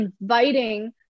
inviting